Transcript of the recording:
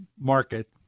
market